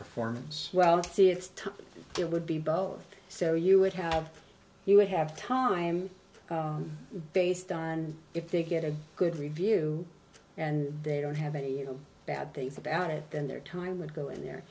performance well see it's time there would be both so you would have you would have time based on if they get a good review and they don't have any you know bad things about it then their time would go in there